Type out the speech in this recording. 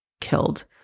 killed